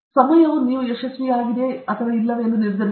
ಸಮಯವು ನೀವು ಯಶಸ್ವಿಯಾಗಿದೆಯೆ ಅಥವಾ ಇಲ್ಲವೇ ಎಂದು ನಿರ್ಧರಿಸುತ್ತದೆ